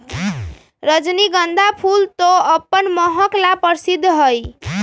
रजनीगंधा फूल तो अपन महक ला प्रसिद्ध हई